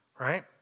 right